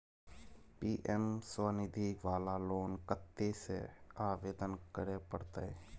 PM Svanidhi वाला loan कत्ते से आवेदन करे परतै?